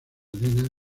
arena